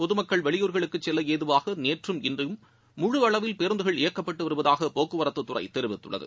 பொதுமக்கள் வெளியூர்களுக்கு செல்ல ஏதுவாக நேற்றம் இன்றும் முழு அளவில் பேருந்துகள் இயக்கப்பட்டு வருவதாக போக்குவரத்துத்துறை தெரிவித்துள்ளது